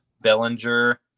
Bellinger